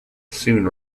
soon